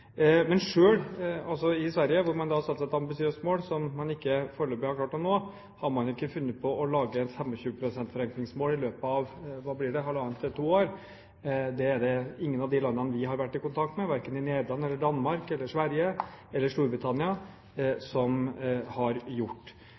i Sverige – hvor man da har satt seg et ambisiøst mål som man foreløpig ikke har klart å nå – har man ikke funnet på å lage et 25 pst. forenklingsmål i løpet av – hva blir det – halvannet til to år. Det har ingen av de landene vi har vært i kontakt med, gjort, verken Nederland eller Danmark eller Sverige eller Storbritannia.